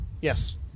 Yes